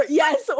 yes